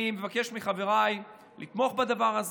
אני מבקש מחבריי לתמוך בדבר הזה.